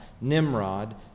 Nimrod